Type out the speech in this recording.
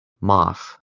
moth